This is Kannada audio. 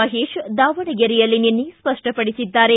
ಮಹೇಶ್ ದಾವಣಗೆರೆಯಲ್ಲಿ ನಿನ್ನೆ ಸ್ಪಷ್ಟಪಡಿಸಿದ್ದಾರೆ